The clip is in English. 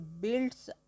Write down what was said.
builds